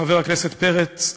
חבר הכנסת פרץ,